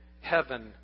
heaven